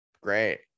great